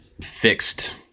fixed